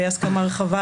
בהסכמה רחבה,